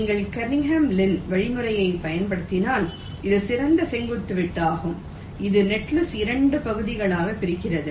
நீங்கள் Kernighan Lin வழிமுறையைப் பயன்படுத்தினால் இது சிறந்த செங்குத்து வெட்டு ஆகும் இது நெட்லிஸ்ட்டை 2 பகுதிகளாகப் பிரிக்கிறது